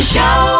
Show